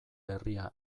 herria